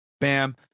bam